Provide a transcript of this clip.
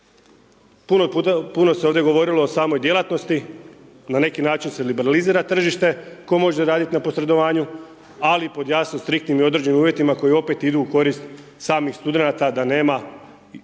Puno se ovdje govorilo o samoj djelatnosti. Na neki način se liberalizira tržište tko može raditi na posredovanju ali pod jasno striktnim i određenim uvjetima koji opet idu u korist samih studenata da nema